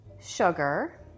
sugar